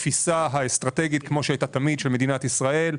התפיסה האסטרטגית של מדינת ישראל,